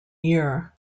year